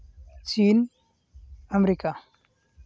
ᱪᱤᱱ ᱟᱢᱮᱨᱤᱠᱟ